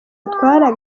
atwara